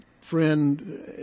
friend